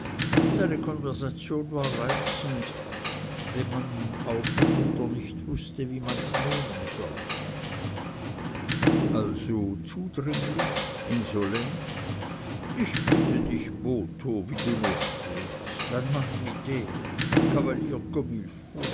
seine konversation war reizend wenn man auch mitunter nicht wußte wie man's nehmen sollte also zudringlich insolent ich bitte dich botho wie du nur sprichst ein mann wie der